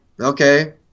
Okay